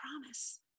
promise